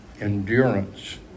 endurance